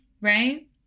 right